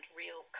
real